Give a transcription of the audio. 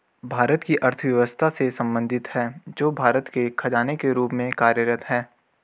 भारत की अर्थव्यवस्था से संबंधित है, जो भारत के खजाने के रूप में कार्यरत है